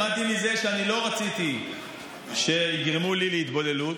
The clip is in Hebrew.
למדתי מזה שאני לא רציתי שיגרמו לי להתבוללות.